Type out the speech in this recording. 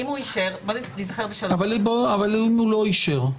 אם הוא לא אישר?